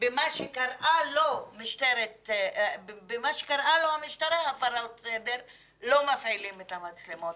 במה שקראה לו המשטרה הפרות סדר לא מפעילים את המצלמות,